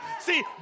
See